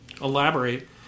elaborate